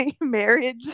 marriage